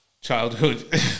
Childhood